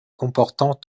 comportant